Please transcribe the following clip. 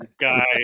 guy